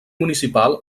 municipal